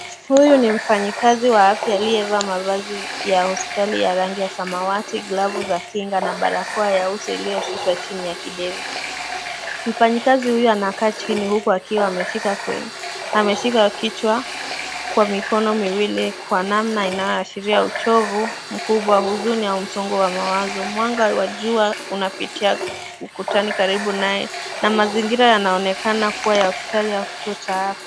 Huyu ni mfanyikazi wa afya aliyevaa mavazi ya hospitali ya rangi ya samawati, glavu za kinga na barakoa ya uso iliyoshushwa chini ya kidevu. Mfanyikazi huyu anakaa chini huku akiwa ameshika kichwa kwa mikono miwili kwa namna inayoashiria uchovu mkubwa, huzuni au msongo wa mawazo. Mwanga wa jua unafikia ukutani karibu naye na mazingira yanaonekana kuwa ya hospitali au kituo cha afya.